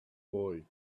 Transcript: boy